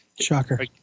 shocker